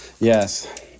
Yes